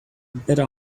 better